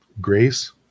grace